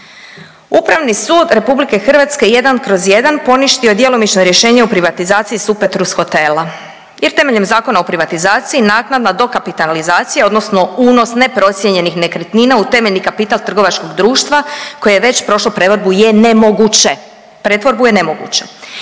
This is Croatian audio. Upravni sud RH 1/1 poništio je djelomično rješenje o privatizaciji Supetrus hotela jer temelj Zakona o privatizaciji naknadna dokapitalizacija odnosno unos neprocijenjenih nekretnina u temeljni kapital trgovačkog društva koje je već prošlo pretvorbu je nemoguće,